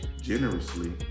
generously